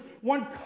one